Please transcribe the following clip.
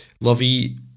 Lovey